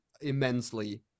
immensely